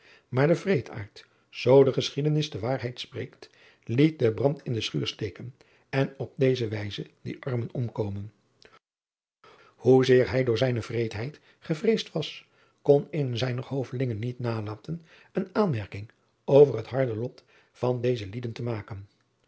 maar de wreedaard zoo de geschiedenis de waarheid spreekt liet den brand in de schuur steken en op deze wijze die armen omkomen oezeer hij door zijne wreedheid gevreesd was kon een zijner hovelingen niet nalaten eene aanmerking over het harde lot van deze lieden te maken